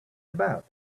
about